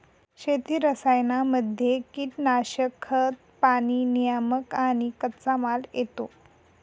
शेती रसायनांमध्ये कीटनाशक, खतं, प्राणी नियामक आणि कच्चामाल येतो